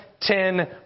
ten